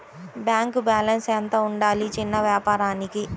Bank balance ఎంత ఉండాలి చిన్న వ్యాపారానికి?